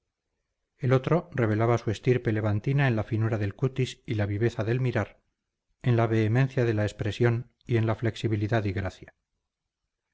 el otro revelaba su estirpe levantina en la finura del cutis y la viveza del mirar en la vehemencia de la expresión y en la flexibilidad y gracia